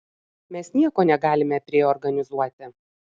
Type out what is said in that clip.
mes nieko negalime priorganizuoti